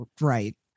right